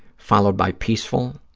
followed by peaceful,